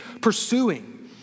pursuing